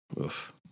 Oof